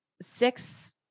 six